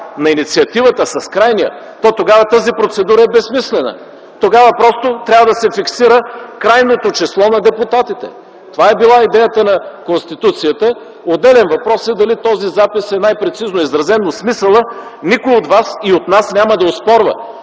на инициативата с крайния, то тогава тази процедура е безсмислена. Тогава просто трябва да се фиксира крайното число на депутатите. Това е била идеята на Конституцията. Отделен въпрос е дали този запис е най-прецизно изразен. Никой от вас и от нас няма да оспорва